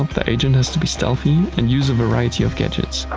um the agent has to be stealthy and use a variety of gadgets.